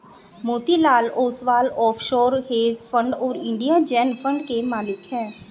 Motilal Oswal offshore hedge fund और India Zen fund के मालिक हैं